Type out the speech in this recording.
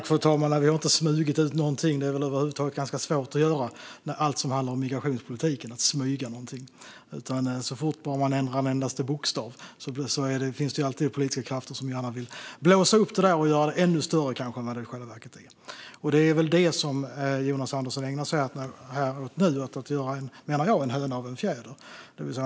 Fru talman! Nej, vi har inte smugit ut någonting. Det är väl ganska svårt att göra med allt som handlar om migrationspolitiken. Så fort man bara ändrar en endaste bokstav finns det alltid politiska krafter som gärna vill blåsa upp det och göra det ännu större än vad det i själva verket är. Det är väl det Jonas Andersson ägnar sig åt här och nu. Jag menar att han gör en höna av en fjäder.